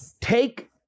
Take